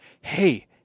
hey